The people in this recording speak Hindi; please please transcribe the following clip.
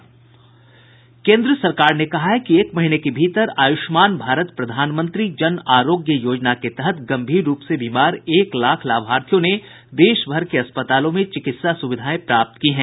केन्द्र सरकार ने कहा है कि एक महीने के भीतर आयुष्मान भारत प्रधानमंत्री जनआरोग्य योजना के तहत गंभीर रूप से बीमार एक लाख लाभार्थियों ने देशभर के अस्पतालों में चिकित्सा सुविधायें प्राप्त की हैं